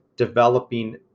developing